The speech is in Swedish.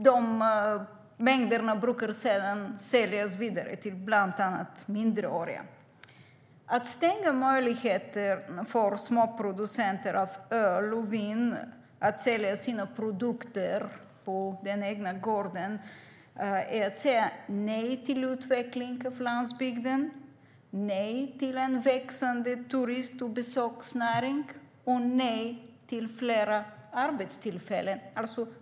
De mängderna brukar sedan säljas vidare till bland annat minderåriga. Att stänga möjligheten för små producenter av öl och vin att sälja sina produkter på den egna gården är att säga nej till utveckling av landsbygden, nej till en växande turism och besöksnäring och nej till flera arbetstillfällen.